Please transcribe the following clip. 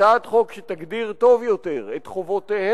הצעת חוק שתגדיר טוב יותר את חובותיהם